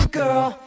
girl